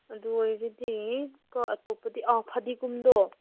ꯑꯗꯨ ꯑꯣꯏꯔꯒꯗꯤ ꯀꯣ ꯑꯇꯣꯞꯄꯗꯤ ꯐꯥꯗꯤꯒꯣꯝꯗꯣ